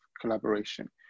collaboration